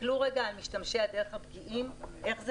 תסתכלו על משתמשי הדרך הפגיעים, איך זה